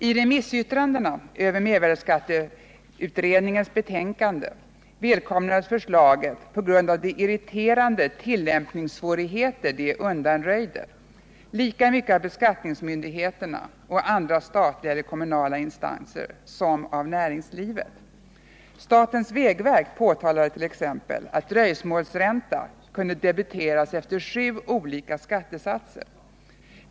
I remissyttrandena över mervärdeskatteutredningens betänkande välkomnades förslaget — på grund av de irriterande tillämpningssvårigheter det undanröjde — lika mycket av beskattningsmyndigheterna och andra statliga eller kommunala instanser som av näringslivet. Statens vägverk påtaladet.ex. att dröjsmålsränta kunde debiteras efter sju olika skattesatser.